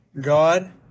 God